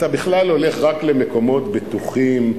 אתה בכלל הולך רק למקומות בטוחים,